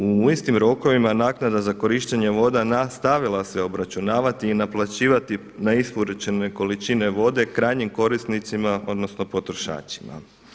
U istim rokovima naknada za korištenje voda nastavila se obračunavati i naplaćivati na isporučene količine vode krajnjim korisnicima odnosno potrošačima.